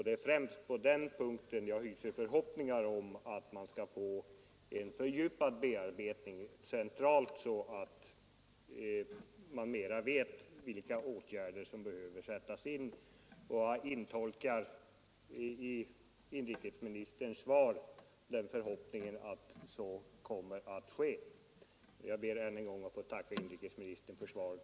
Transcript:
Det är främst på den punkten jag hyser förhoppningar om att det skall bli en fördjupad bearbetning centralt, så att man bättre vet vilka åtgärder som behöver sättas in. Jag tolkar in i inrikesministerns svar att så kommer att ske. Jag ber än en gång att få tacka inrikesministern för svaret.